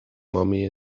mommy